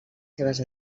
seves